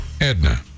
Edna